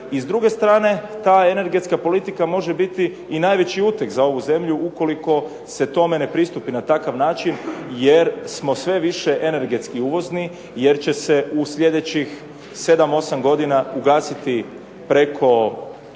A s druge strane ta energetska politika može biti i najveći uteg za ovu zemlju ukoliko se tome ne pristupi na takav način jer smo sve više energetski uvozni jer će se u sljedećih 7, 8 godina ugasiti preko